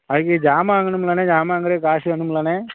அதுக்கு ஜாமான் வாங்கணும்லண்ணே ஜாமான் வாங்குறதுக்கு காசு வேணும்லண்ணே